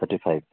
thirty five